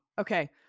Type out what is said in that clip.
okay